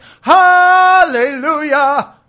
hallelujah